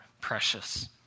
precious